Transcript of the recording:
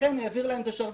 ולכן העביר להם את השרביט,